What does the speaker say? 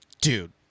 dude